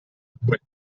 acque